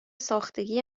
ساختگی